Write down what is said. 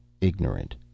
ignorant